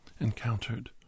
encountered